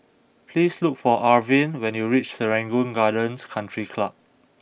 please look for Arvin when you reach Serangoon Gardens Country Club